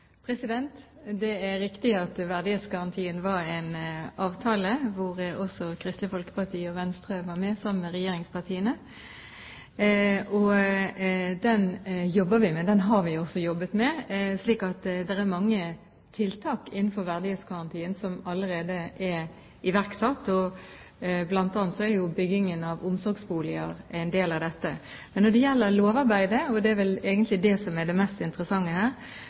Det er riktig at verdighetsgarantien var en avtale hvor Kristelig Folkeparti og Venstre var med sammen med regjeringspartiene. Den jobber vi med og har jobbet med, slik at det er mange tiltak innenfor verdighetsgarantien som allerede er iverksatt. Blant annet er byggingen av omsorgsboliger en del av dette. Når det gjelder lovarbeidet, og det er vel egentlig det som er det mest interessante her,